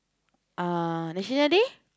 uh National Day